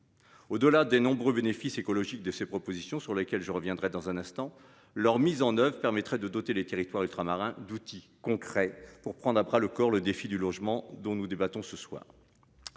Au-delà des nombreux bénéfices écologiques de ses propositions sur lesquelles je reviendrai dans un instant. Leur mise en oeuvre permettrait de doter les territoires ultramarins d'outils concrets pour prendre à bras le corps le défi du logement dont nous débattons ce soir.